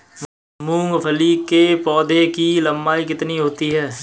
मूंगफली के पौधे की लंबाई कितनी होती है?